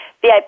VIP